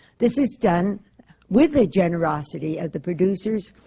this is done with the generosity of the producers,